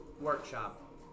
workshop